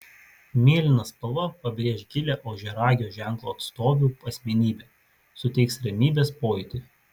mėlyna spalva pabrėš gilią ožiaragio ženklo atstovių asmenybę suteiks ramybės pojūtį